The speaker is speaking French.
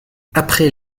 après